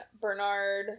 Bernard